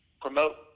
promote